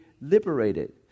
liberated